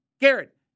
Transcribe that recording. Garrett